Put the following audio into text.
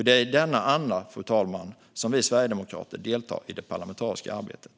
Det är i denna anda, fru talman, som vi sverigedemokrater deltar i det parlamentariska arbetet.